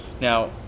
Now